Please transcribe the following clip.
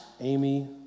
Amy